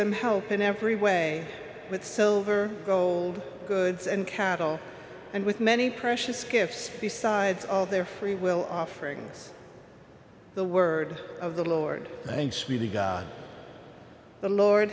them help in every way with silver gold goods and cattle and with many precious gifts besides all their free will offerings the word of the lord god the lord